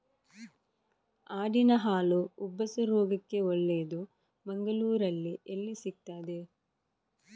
ಆಡಿನ ಹಾಲು ಉಬ್ಬಸ ರೋಗಕ್ಕೆ ಒಳ್ಳೆದು, ಮಂಗಳ್ಳೂರಲ್ಲಿ ಎಲ್ಲಿ ಸಿಕ್ತಾದೆ?